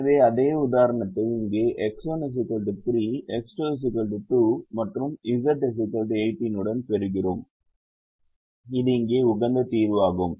எனவே அதே உதாரணத்தை இங்கே X1 3 X2 2 மற்றும் Z 18 உடன் பெறுகிறோம் இது இங்கே உகந்த தீர்வாகும்